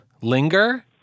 Linger